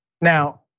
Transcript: Now